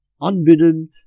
unbidden